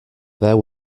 there